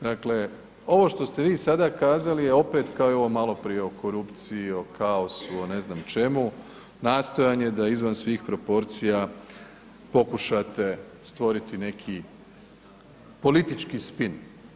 Dakle, ovo što ste vi sada kazali je opet kao i ovo maloprije o korupciji, o kaosu, o ne znam čemu nastojanje da izvan svih proporcija pokušate stvoriti neki politički spin.